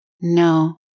No